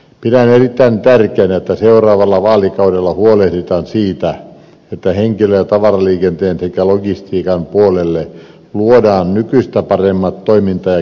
pidän erittäin tärkeänä että seuraavalla vaalikaudella huolehditaan siitä että henkilö ja tavaraliikenteen sekä logistiikan puolelle luodaan nykyistä paremmat toiminta ja kilpailuedellytykset